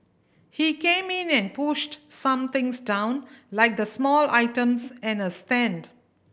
he came in and pushed some things down like the small items and a stand